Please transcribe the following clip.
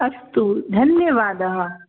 अस्तु धन्यवादः